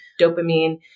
dopamine